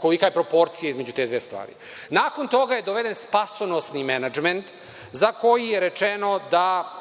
kolika je proporcija između te dve stvari. Nakon toga je doveden spasonosni menadžment, za koji je rečeno da,